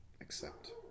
Accept